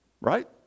Right